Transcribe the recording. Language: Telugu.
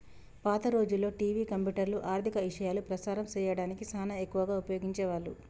పాత రోజుల్లో టివి, కంప్యూటర్లు, ఆర్ధిక ఇశయాలు ప్రసారం సేయడానికి సానా ఎక్కువగా ఉపయోగించే వాళ్ళు